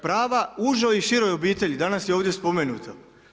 Prava užoj i široj obitelji, danas je ovdje spomenuto.